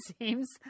seems